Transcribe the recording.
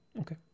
Okay